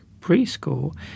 Preschool